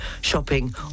shopping